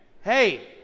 Hey